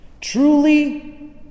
truly